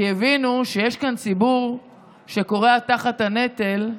כי הבינו שיש כאן ציבור שכורע תחת הנטל,